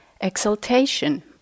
exaltation